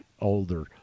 older